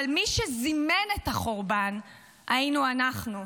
אבל מי שזימן את החורבן היינו אנחנו,